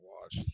watch